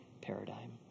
paradigm